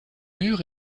mur